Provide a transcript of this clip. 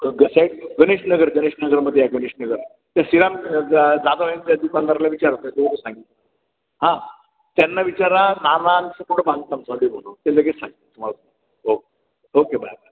ग साईट गणेशनगर गणेश नगरमध्ये आहे गणेश नगर त्या श्रीराम जा जादव आहे ना त्या दुकानदाराला विचारा तो सांगेल हां त्यांना विचारा नानाचं कुठं बांधकाम चालू आहे म्हणून ते लगेच सांगतील तुम्हाला ओके ओके बाय बाय